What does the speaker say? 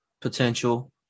potential